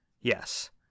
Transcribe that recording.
Yes